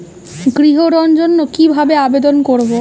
গৃহ ঋণ জন্য কি ভাবে আবেদন করব?